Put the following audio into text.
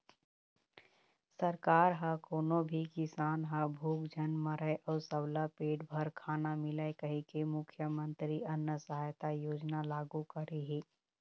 सरकार ह कोनो भी किसान ह भूख झन मरय अउ सबला पेट भर खाना मिलय कहिके मुख्यमंतरी अन्न सहायता योजना लागू करे हे